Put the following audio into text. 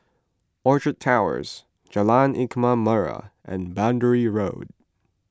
Orchard Towers Jalan Ikan Merah and Boundary Road